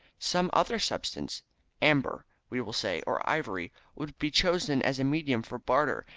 some other substance amber, we will say, or ivory would be chosen as a medium for barter,